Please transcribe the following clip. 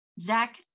Zach